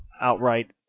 outright